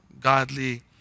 godly